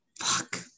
Fuck